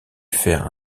faire